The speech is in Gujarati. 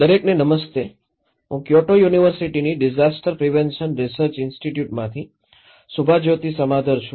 દરેકને નમસ્તે હું ક્યોટો યુનિવર્સિટીની ડિઝાસ્ટર પ્રિવેન્શન રિસર્ચ ઇન્સ્ટિટ્યૂટમાંથી સુભાજ્યોતિ સમાધર છું